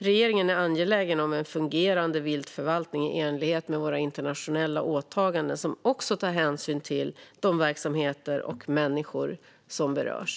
Regeringen är angelägen om en fungerande viltförvaltning i enlighet med våra internationella åtaganden som också tar hänsyn till de verksamheter och människor som berörs.